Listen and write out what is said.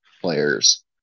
players